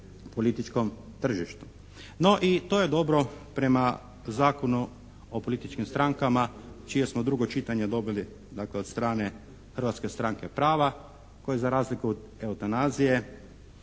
političkom tržištu. No i to je dobro prema Zakonu o političkim strankama čije smo drugo čitanje dobili dakle od strane Hrvatske stranke prava koja za razliku od eutanazije